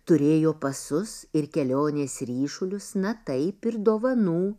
turėjo pasus ir kelionės ryšulius na taip ir dovanų